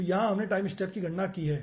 तो यहां हमने टाइम स्टेप की गणना की है